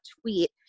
tweet